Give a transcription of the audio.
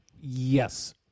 Yes